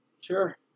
Sure